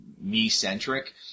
me-centric